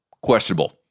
questionable